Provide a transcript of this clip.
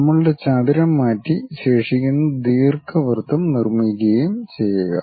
നമ്മളുടെ ചതുരം മാറ്റി ശേഷിക്കുന്ന ദീർഘവൃത്തം നിർമ്മിക്കുകയും ചെയ്യുക